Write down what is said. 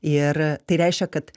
ir tai reiškia kad